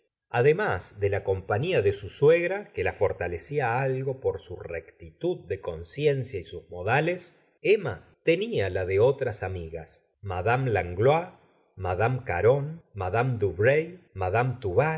además de la compañia de su suegra que la fortalecía algo por su rectitud de conciencia y sus modales emma tenía la de otras amigas mad langlois iadame caron mad duvreuil mad